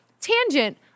tangent –